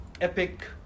epic